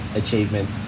achievement